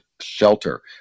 Shelter